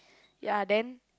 ya then